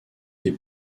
des